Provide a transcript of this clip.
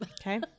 Okay